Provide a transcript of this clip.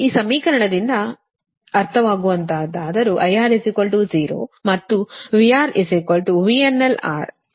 ಈ ಸಮೀಕರಣದಿಂದ ಇದು ಅರ್ಥವಾಗುವಂತಹದ್ದಾದರೂ IR 0 ಮತ್ತು VR VRNL ಅನ್ನು ಮಾತ್ರ ಹಾಕುತ್ತೀರಿ